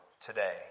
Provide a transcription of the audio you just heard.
today